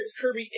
Kirby